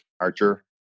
Archer